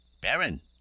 Baron